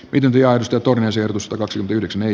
pidempi arvosteltu myös ehdotusta kaksi yhdeksän ei